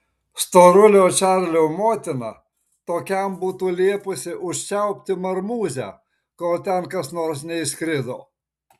storulio čarlio motina tokiam būtų liepusi užčiaupti marmūzę kol ten kas nors neįskrido